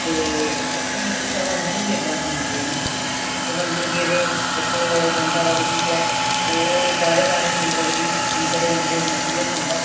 ते फ्ही परमंडल बी लेते दा मां प्यो न परमंडल गेदे इक गंगा बगदी ऐ ओह् बाह्रे बाह्रे नेईं बगदी अंंदरें अंदरें जंदी ऐ ओह् गंगा